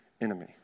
enemy